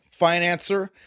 financer